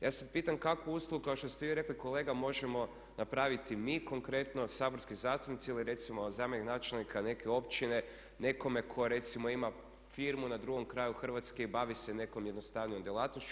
Ja se pitam kakvu uslugu kao što ste vi rekli kolega možemo napraviti mi konkretno saborski zastupnici ili recimo zamjenik načelnika neke općine nekome tko recimo ima firmu na drugom kraju Hrvatske i bavi se nekom jednostavnijom djelatnošću.